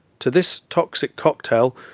to this toxic cocktail,